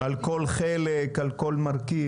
על כל חלק, על כל מרכיב.